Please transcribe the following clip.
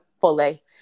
fully